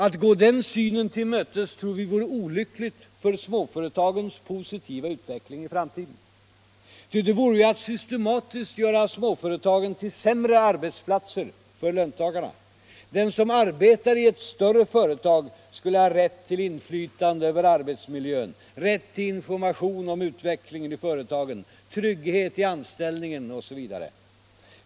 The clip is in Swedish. Att gå den synen till mötes tror vi vore olyckligt för småföretagens positiva utveckling i framtiden, ty det vore ju att systematiskt göra småföretagen till sämre arbetsplatser för löntagarna. Den som arbetade i ett större företag skulle ha rätt till inflytande över arbetsmiljön, rätt till information om utvecklingen i företaget, trygghet i anställningen, osv.